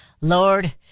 Lord